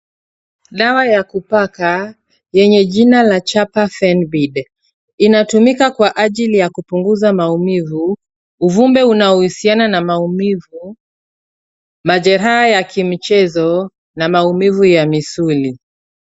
Dawa ya kupaka yenye jina la chapa Fenbid inatumika kwa ajili ya kupunguza maumivu, uvimbe unaohusiana na maumivu, majeraha ya kimchezo na maumivu ya misuli.